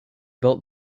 built